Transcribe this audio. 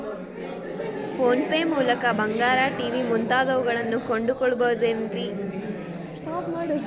Phone pay ಮೂಲಕ ಬಂಗಾರ, TV ಮುಂತಾದವುಗಳನ್ನ ಕೊಂಡು ಕೊಳ್ಳಬಹುದೇನ್ರಿ?